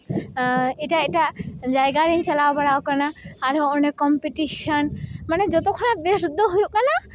ᱮᱴᱟᱜ ᱮᱴᱟᱜ ᱡᱟᱭᱜᱟ ᱨᱤᱧ ᱪᱟᱞᱣ ᱵᱟᱲᱟ ᱠᱟᱱᱟ ᱟᱨᱦᱚᱸ ᱚᱱᱮ ᱠᱚᱢᱯᱤᱴᱤᱥᱮᱱ ᱢᱟᱱᱮ ᱡᱚᱛᱚ ᱠᱷᱚᱱᱟᱜ ᱵᱮᱥᱴ ᱫᱚ ᱦᱩᱭᱩᱜ ᱠᱟᱱᱟ